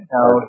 Now